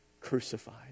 crucified